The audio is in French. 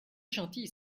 gentil